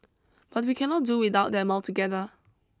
but we cannot do without them altogether